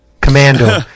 Commando